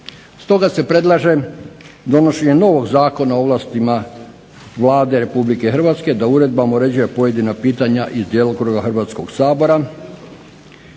Stoga se predlaže donošenje novog Zakona o ovlastima Vlade Republike Hrvatske da uredbama uređuje pojedina pitanja iz djelokruga Hrvatskoga sabora.